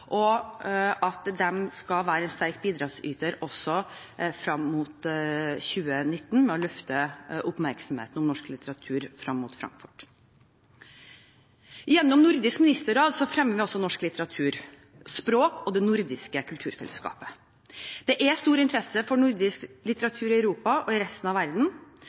og de skal også være en sterk bidragsyter ved å løfte oppmerksomheten rundt norsk litteratur frem mot Frankfurt 2019. Gjennom Nordisk ministerråd fremmer vi også norsk litteratur, språk og det nordiske kulturfellesskapet. Det er stor interesse for nordisk litteratur i Europa og i resten av verden,